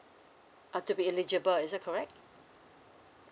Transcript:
uh to be eligible is that correct